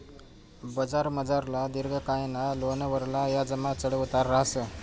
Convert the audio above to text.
बजारमझारला दिर्घकायना लोनवरला याजमा चढ उतार रहास